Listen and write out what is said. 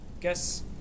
guess